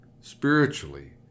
spiritually